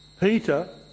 Peter